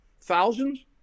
Thousands